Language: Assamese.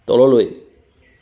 তললৈ